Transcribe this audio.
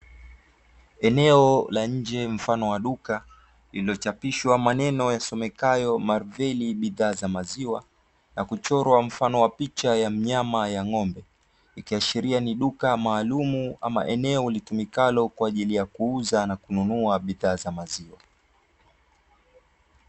Eneo la nje mfano wa duka lilochapishwa maneno yasomekayo, Malvili bidhaa za maziwa, na kuchorwa picha ya mfano wa ng'ombe. Ikiashiria ni duka maalumu ama eneo litumikalo kwa ajili, ya kuuza na kununua bidhaa za maziwa.